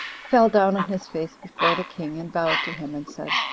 fell down on his face before the king, and bowed to him and said,